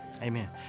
Amen